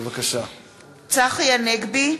(קוראת בשמות חברי הכנסת) צחי הנגבי,